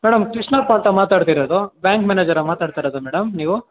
madam Krishnappa ಅಂತ ಮಾತಾಡ್ತಿರೋದು bank ಮ್ಯಾನೇಜರಾ ಮಾತಾಡ್ತಾಯಿರೋದು ಮೇಡಮ್ ನೀವು